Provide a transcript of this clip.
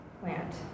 plant